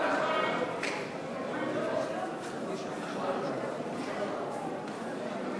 תקופת האשפוז),